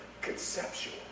conceptual